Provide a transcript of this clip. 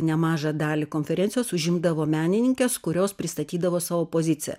nemažą dalį konferencijos užimdavo menininkės kurios pristatydavo savo poziciją